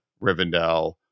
Rivendell